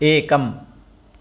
एकम्